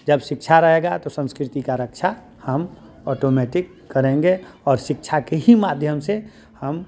जब शिक्षा रहेगा तो संस्कृति का रक्षा हम ऑटोमेटिक करेंगे और शिक्षा के ही माध्यम से हम